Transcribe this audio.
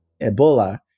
Ebola